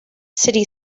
city